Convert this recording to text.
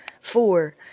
four